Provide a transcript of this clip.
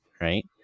right